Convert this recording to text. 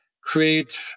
create